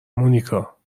مونیکا